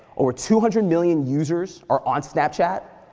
over two hundred million users are on snapchat.